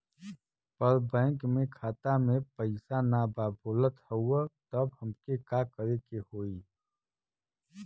पर बैंक मे खाता मे पयीसा ना बा बोलत हउँव तब हमके का करे के होहीं?